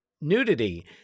nudity